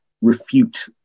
refute